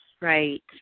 right